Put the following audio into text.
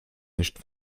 nicht